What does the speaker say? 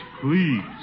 please